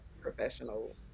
professional